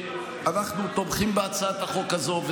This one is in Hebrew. שאנחנו תומכים בהצעת החוק הזאת,